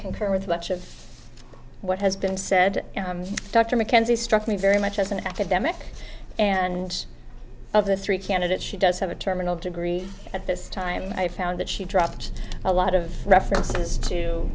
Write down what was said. concur with much of what has been said dr mckenzie struck me very much as an academic and of the three candidates she does have a terminal degree at this time i found that she dropped a lot of references to